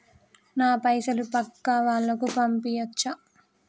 నా పైసలు పక్కా వాళ్ళకు పంపియాచ్చా?